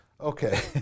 Okay